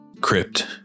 Crypt